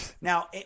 Now